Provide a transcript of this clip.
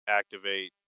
activate